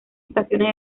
estaciones